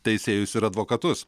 teisėjus ir advokatus